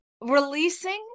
releasing